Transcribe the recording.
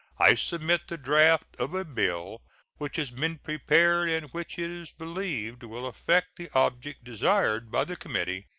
i submit the draft of a bill which has been prepared, and which it is believed will effect the object desired by the committee,